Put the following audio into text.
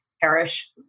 perish